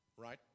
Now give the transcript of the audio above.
Right